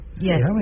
yes